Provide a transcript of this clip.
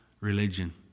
religion